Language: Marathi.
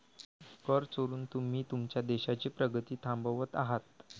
कर चोरून तुम्ही तुमच्या देशाची प्रगती थांबवत आहात